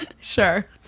Sure